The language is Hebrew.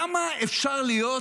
כמה אפשר להיות